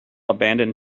abandoned